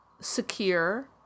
secure